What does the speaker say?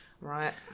Right